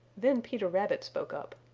then peter rabbit spoke up.